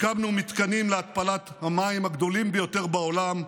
הקמנו מתקנים להתפלת המים, הגדולים ביותר בעולם,